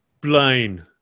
Blaine